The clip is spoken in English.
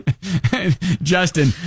Justin